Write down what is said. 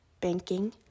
banking